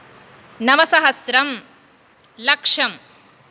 नवसहस्रम् लक्षम्